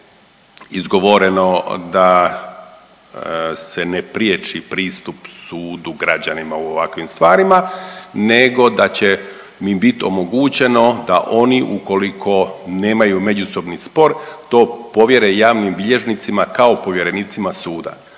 izgovoreno da se ne priječi pristup sudu građanima u ovakvim stvarima, nego da će mi bit omogućeno da oni ukoliko nemaju međusobni spor to povjere javnim bilježnicima kao povjerenicima suda.